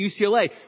UCLA